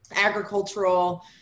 agricultural